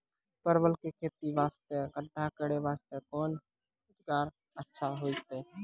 परवल के खेती वास्ते गड्ढा करे वास्ते कोंन औजार अच्छा होइतै?